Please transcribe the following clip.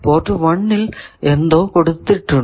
port 1 ൽ എന്തോ കൊടുത്തിട്ടുണ്ട്